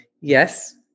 yes